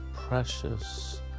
precious